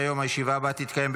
14 בעד, אין מתנגדים, אין נמנעים.